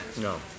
No